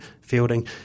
Fielding